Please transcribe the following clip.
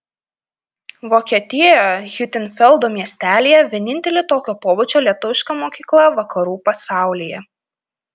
vokietijoje hiutenfeldo miestelyje vienintelė tokio pobūdžio lietuviška mokykla vakarų pasaulyje